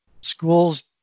Schools